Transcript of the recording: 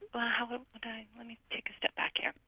but um let me take a step back here.